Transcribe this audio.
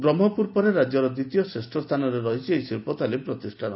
ବ୍ରହ୍କପୁର ପରେ ରାଜ୍ୟର ଦିତୀୟ ଶ୍ରେଷ୍ଟ ସ୍ଥାନରେ ରହିଛି ଏହି ଶି ୍ଶି ୍ ତାଲିମ୍ ପ୍ରତିଷାନ